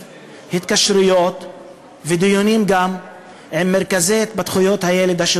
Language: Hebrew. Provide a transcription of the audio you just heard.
התקשרויות ודיונים עם המרכזים השונים להתפתחות הילד.